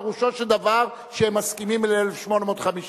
פירושו של דבר שהם מסכימים ל-1,850.